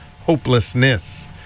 hopelessness